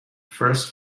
first